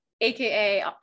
AKA